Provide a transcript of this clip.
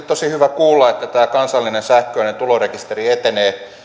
tosi hyvä kuulla että tämä kansallinen sähköinen tulorekisteri etenee